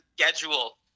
schedule